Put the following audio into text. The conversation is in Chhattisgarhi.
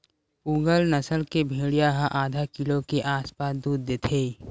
पूगल नसल के भेड़िया ह आधा किलो के आसपास दूद देथे